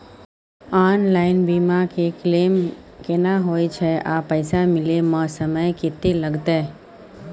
Online बीमा के claim केना होय छै आ पैसा मिले म समय केत्ते लगतै?